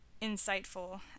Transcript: insightful